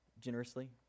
generously